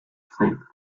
flame